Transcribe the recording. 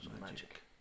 magic